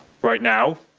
right now.